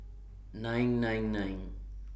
nine nine nine